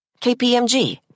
KPMG